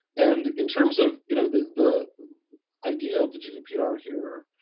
and, in terms of you know the the idea of the gdpr here,